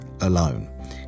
alone